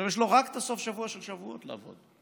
יש לו רק סוף השבוע של שבועות לעבוד,